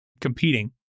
competing